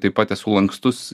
taip pat esu lankstus